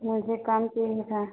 मुझे काम चाहिए था